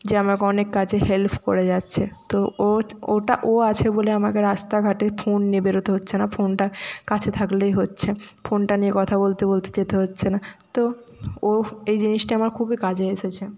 যে আমাকে অনেক কাজে হেল্প করে যাচ্ছে তো ও ওটা ও আছে বলে আমাকে রাস্তাঘাটে ফোন নিয়ে বেরোতে হচ্ছে না ফোনটা কাছে থাকলেই হচ্ছে ফোনটা নিয়ে কথা বলতে বলতে যেতে হচ্ছে না তো ওফ এই জিনিসটি আমার খুবই কাজে এসেছে